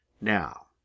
Now